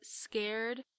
scared